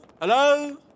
Hello